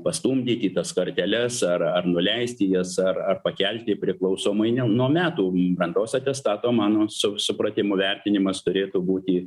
pastumdyti tas karteles ar ar nuleisti jas ar ar pakelti priklausomai nuo metų brandos atestato mano su supratimu vertinimas turėtų būti